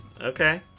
Okay